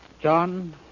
John